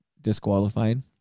disqualified